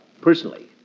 personally